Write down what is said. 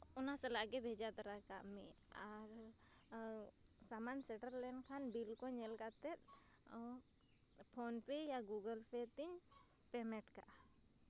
ᱚᱱᱟ ᱥᱟᱞᱟᱜ ᱜᱮ ᱵᱷᱮᱡᱟ ᱛᱚᱨᱟ ᱠᱟᱜ ᱢᱮ ᱟᱨ ᱥᱟᱢᱟᱱ ᱥᱮᱴᱮᱨ ᱞᱮᱱᱠᱷᱟᱱ ᱵᱤᱞ ᱠᱚ ᱧᱮᱞ ᱠᱟᱛᱮ ᱯᱷᱳᱱ ᱯᱮ ᱭᱟ ᱜᱩᱜᱩᱞ ᱯᱮ ᱛᱤᱧ ᱯᱮᱢᱮᱱᱴ ᱠᱟᱜᱼᱟ